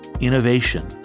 innovation